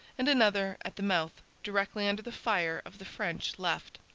and another at the mouth, directly under the fire of the french left.